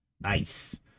nice